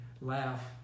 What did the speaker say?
laugh